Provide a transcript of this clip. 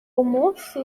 almoço